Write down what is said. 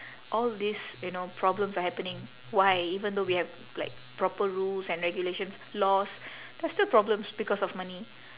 all these you know problems are happening why even though we have like proper rules and regulations laws there are still problems because of money